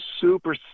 super